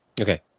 okay